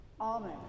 Amen